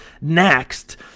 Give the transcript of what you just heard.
next